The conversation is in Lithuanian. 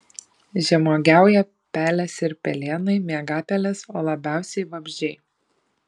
žemuogiauja pelės ir pelėnai miegapelės o labiausiai vabzdžiai